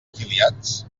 afiliats